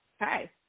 Hi